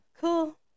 Cool